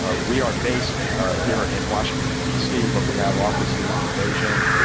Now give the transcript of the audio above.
ah we are based here in washington, dc, but we have offices in beijing,